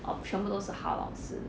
opt 全部都是好老师